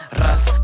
ras